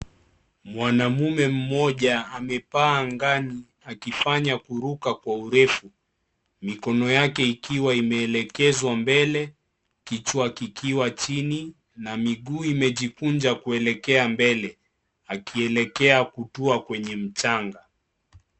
Mwanaume mmoja, amepaa angani, akifanya kuruka kwa urefu. Mikono yake ikiwa imeelekezwa mbele, kichwa kikiwa chini na miguu imejikunja kuelekea mbele, akielekea kutua kwenye mchanga.